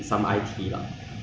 他们又是一样的 course ah